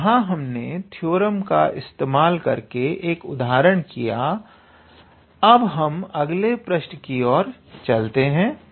तो यहां हमने थ्योरम का इस्तेमाल करके एक उदाहरण किया अब हम अगले पृष्ठ की ओर चलते हैं